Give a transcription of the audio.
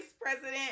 president